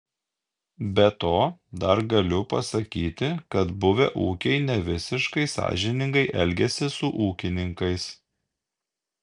be to dar galiu pasakyti kad buvę ūkiai nevisiškai sąžiningai elgiasi su ūkininkais